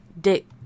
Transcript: dick